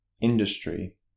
industry